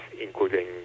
including